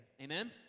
Amen